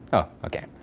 oh, okay,